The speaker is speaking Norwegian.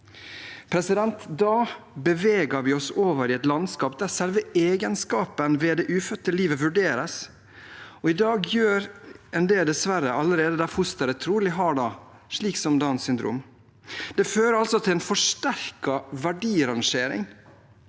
funksjonsevne. Da beveger vi oss over i et landskap der selve egenskapen ved det ufødte livet vurderes, og i dag gjør en det dessverre allerede, som ved Downs syndrom. Det fører altså til en forsterket verdirangering